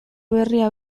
berria